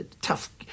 tough